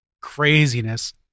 Craziness